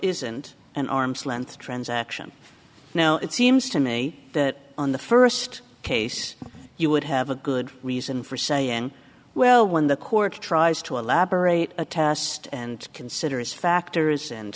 isn't an arm's length transaction now it seems to me that on the first case you would have a good reason for saying well when the court tries to elaborate a test and considers factors and